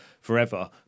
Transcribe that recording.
Forever